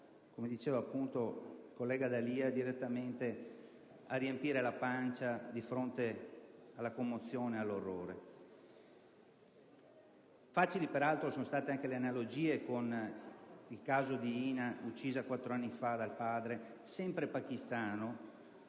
come diceva appunto il collega D'Alia, direttamente a parlare alla pancia di fronte alla commozione e all'orrore. Facili peraltro sono state anche le analogie con il caso di Hina, uccisa quattro anni fa dal padre, sempre pakistano